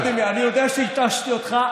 ולדימיר, אני יודע שהתשתי אותך.